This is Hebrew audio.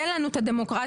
תן לנו את הדמוקרטיה,